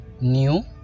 new